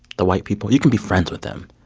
the white people. you can be friends with them.